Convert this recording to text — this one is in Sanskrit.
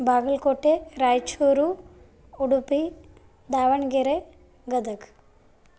बागल्कोटे राय्चूरु उडुपि दावण्गेरे गदग्